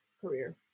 career